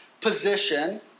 position